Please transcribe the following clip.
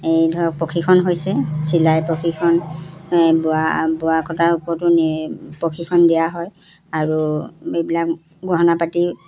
এই ধৰক প্ৰশিক্ষণ হৈছে চিলাই প্ৰশিক্ষণ বোৱা বোৱা কটাৰ ওপৰতো নি প্ৰশিক্ষণ দিয়া হয় আৰু এইবিলাক গহণা পাতি